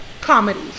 comedy